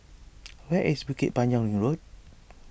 where is Bukit Panjang Ring Road